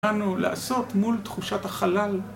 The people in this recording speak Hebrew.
אנו לעשות מול תחושת החלל.